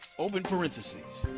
open parenthesis.